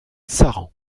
saran